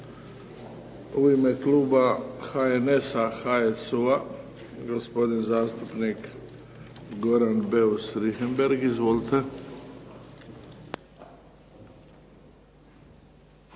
U ime kluba HNS-a, HSU-a gospodin zastupnik Goran Bues Richembergh. Izvolite.